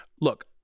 Look